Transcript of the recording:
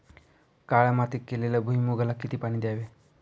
काळ्या मातीत केलेल्या भुईमूगाला किती पाणी द्यावे?